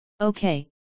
Okay